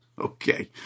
Okay